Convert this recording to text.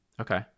okay